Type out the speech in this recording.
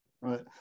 Right